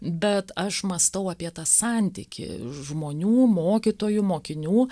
bet aš mąstau apie tą santykį žmonių mokytojų mokinių